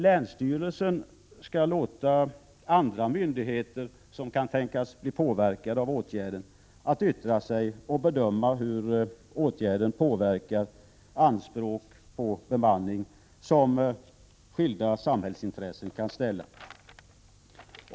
Länsstyrelsen skall låta andra myndigheter som kan tänkas bli påverkade av åtgärden yttra sig och bedöma hur åtgärden påverkar anspråk på bemanning som skilda samhällsintressen kan ställa.